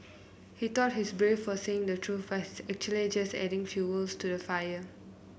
he thought he's brave for saying the truth but he's actually just adding fuel to the fire